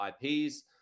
ips